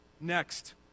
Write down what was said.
Next